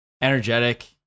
energetic